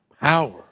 power